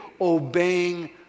obeying